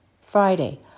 Friday